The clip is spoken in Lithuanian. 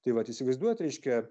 tai vat įsivaizduojat reiškia